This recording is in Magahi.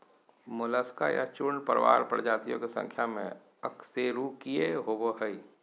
मोलस्का या चूर्णप्रावार प्रजातियों के संख्या में अकशेरूकीय होबो हइ